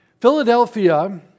Philadelphia